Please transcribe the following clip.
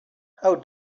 how